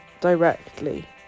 directly